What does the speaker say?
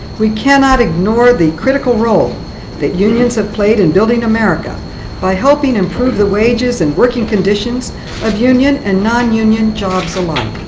we cannot ignore the critical role that unions have played in building america by helping improve the wages and working conditions of union and nonunion jobs alike.